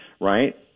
right